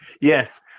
Yes